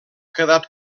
quedat